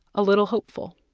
a little hopeful.